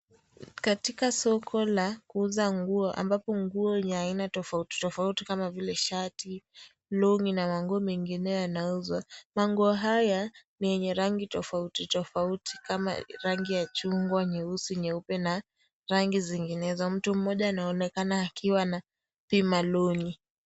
Katika soko la kuuza nguo ambapo nguo ni aina tofauti tofauti kama vile shati, longi na manguo mengine yanauzwa. Manguo haya ni yenye rangi tofauti tofauti kama rangi ya chungwa, nyeusi, nyeupe na rangi zinginezo. Mtu mmoja anaonekana akiwa anapima longi.